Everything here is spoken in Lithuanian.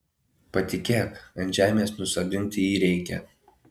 patikėk ant žemės nusodinti jį reikia